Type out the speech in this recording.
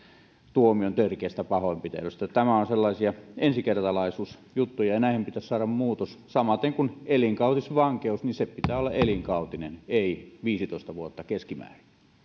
tuomion törkeästä pahoinpitelystä nämä ovat sellaisia ensikertalaisuusjuttuja ja näihin pitäisi saada muutos samaten kuin elinkautisvankeuden pitää olla elinkautinen ei viisitoista vuotta keskimäärin